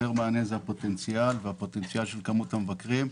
יותר מעניין הפוטנציאל של כמות המבקרים.